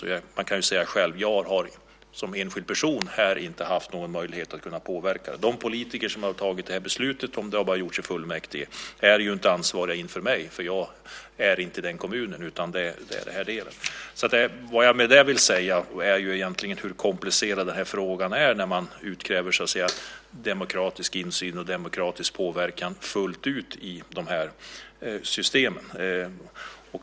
Då kan man säga: Jag har som enskild person här inte haft någon möjlighet att kunna påverka. De politiker som har fattat det här beslutet, om det har fattats i fullmäktige, är inte ansvariga inför mig, för jag bor inte i den kommunen. Vad jag vill säga med det är hur komplicerad den här frågan egentligen är när man utkräver demokratisk insyn och demokratisk påverkan fullt ut i de här systemen.